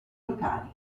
locali